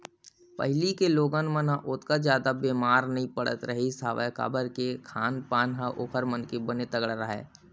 पहिली के लोगन मन ह ओतका जादा बेमारी नइ पड़त रिहिस हवय काबर के खान पान ह ओखर मन के बने तगड़ा राहय